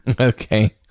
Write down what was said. Okay